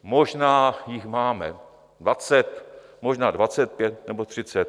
Možná jich máme dvacet, možná dvacet pět nebo třicet.